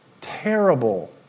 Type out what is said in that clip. Terrible